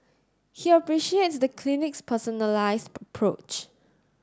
he appreciates the clinic's personalised approach